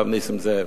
הרב נסים זאב.